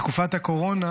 בתקופת הקורונה,